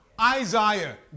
Isaiah